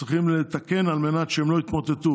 צריכים לתקן על מנת שהם לא יתמוטטו,